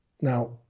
now